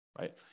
right